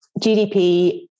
GDP